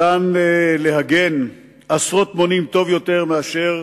אפשר להגן עשרות מונים טוב יותר מאשר